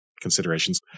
considerations